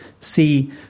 see